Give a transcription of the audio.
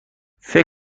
فکر